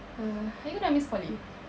are you gonna miss poly